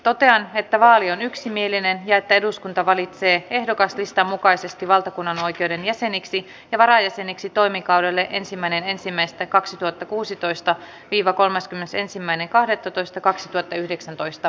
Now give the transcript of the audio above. totean että vaali on yksimielinen ja että eduskunta valitsee ehdokaslistan mukaisesti valtakunnanoikeuden jäseniksi ja varajäseniksi toimikaudelle ensimmäinen ensimmäistä kaksituhattakuusitoista viivakolmaskymmenesensimmäinen kahdettatoista kaksituhattayhdeksäntoista